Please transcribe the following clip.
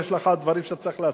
יש לך דברים שאתה צריך להשיג,